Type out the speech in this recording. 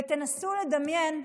ותנסו לדמיין,